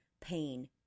pain